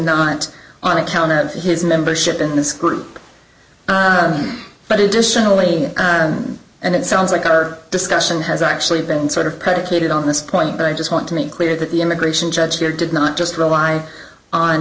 not on account of his membership in this group but it just generally and it sounds like our discussion has actually been sort of predicated on this point but i just want to make clear that the immigration judge here did not just rely on